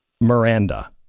Miranda